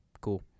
cool